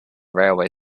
railway